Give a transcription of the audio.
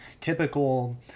typical